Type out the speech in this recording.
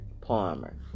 Palmer